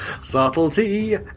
subtlety